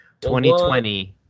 2020